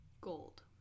gold